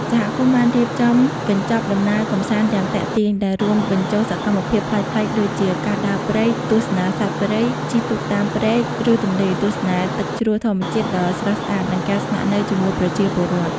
សហគមន៍បានរៀបចំកញ្ចប់ដំណើរកម្សាន្តយ៉ាងទាក់ទាញ ដែលរួមបញ្ចូលសកម្មភាពប្លែកៗដូចជា ការដើរព្រៃ ទស្សនាសត្វព្រៃ ជិះទូកតាមព្រែក ឬទន្លេ ទស្សនាទឹកជ្រោះធម្មជាតិដ៏ស្រស់ស្អាត និងការស្នាក់នៅជាមួយប្រជាពលរដ្ឋ។